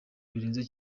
birenze